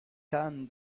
tan